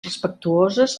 respectuoses